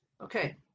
Okay